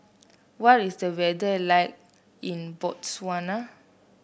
what is the weather like in Botswana